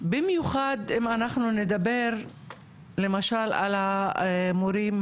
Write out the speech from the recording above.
במיוחד אם אנחנו נדבר למשל על המורים,